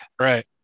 right